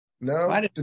No